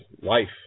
life